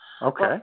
Okay